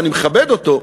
ואני מכבד אותו,